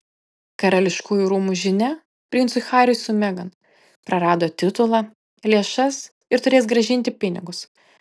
karališkųjų rūmų žinia princui hariui su megan prarado titulą lėšas ir turės grąžinti pinigus